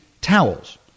towels